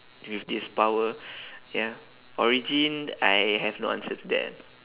with this power ya origin I have no answer to that